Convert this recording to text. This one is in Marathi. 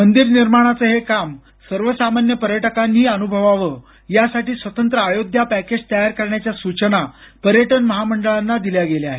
मंदिर निर्माणाचं हे काम सर्वसामान्य पर्यटकांनीही अनुभवावं यासाठी स्वतंत्र अयोध्या पॅकेज तयार करण्याच्या सूचना पर्यटन महामंडळांना दिल्या गेल्या आहेत